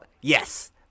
Yes